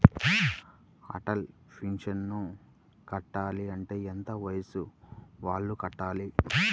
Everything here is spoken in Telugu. అటల్ పెన్షన్ కట్టాలి అంటే ఎంత వయసు వాళ్ళు కట్టాలి?